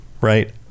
right